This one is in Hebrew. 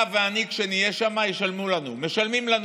אתה ואני, כשנהיה שם, ישלמו לנו, משלמים לנו,